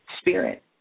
spirit